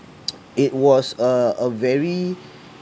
it was a a very